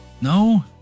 No